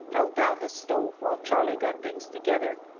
held down the stove while charlie got things together.